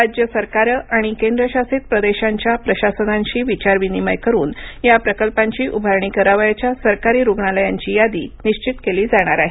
राज्य सरकारं आणि केंद्रशासित प्रदेशांच्या प्रशासनांशी विचारविनिमय करून या प्रकल्पांची उभारणी करावयाच्या सरकारी रुग्णालयांची यादी निश्चित केली जाणार आहे